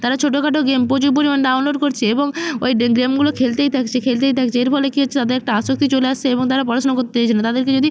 তারা ছোটখাটো গেম প্রচুর পরিমাণে ডাউনলোড করছে এবং ওই গেমগুলো খেলতেই থাকছে খেলতেই থাকছে এর ফলে কী হচ্ছে তাদের একটা আসক্তি চলে আসছে এবং তারা পড়াশোনা করতে চাইছে না তাদেরকে যদি